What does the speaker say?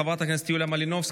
חברת הכנסת יוליה מלינובסקי,